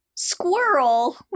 squirrel